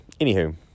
anywho